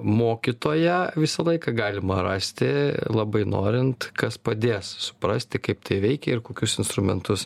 mokytoją visą laiką galima rasti labai norint kas padės suprasti kaip tai veikia ir kokius instrumentus